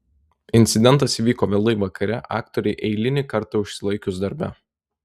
incidentas įvyko vėlai vakare aktorei eilinį kartą užsilaikius darbe